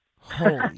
Holy